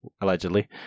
allegedly